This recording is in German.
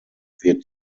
wird